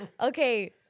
Okay